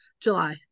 July